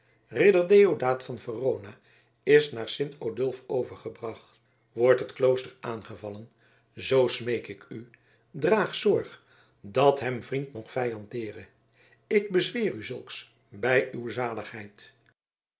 ridder deodaat van verona is naar sint odulf overgebracht wordt het klooster aangevallen zoo smeek ik u draag zorg dat hem vriend noch vijand dere ik bezweer u zulks bij uw zaligheid